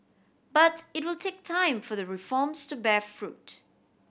but it will take time for the reforms to bear fruit